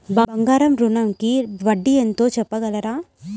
బంగారు ఋణంకి వడ్డీ ఎంతో చెప్పగలరా?